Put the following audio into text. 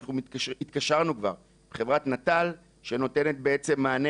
אנחנו התקשרנו כבר עם חברת נט"ל שנותנת בעצם מענה